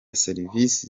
services